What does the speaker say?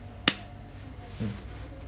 mm